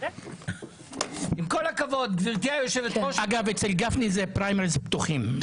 גברתי יושבת הראש, אני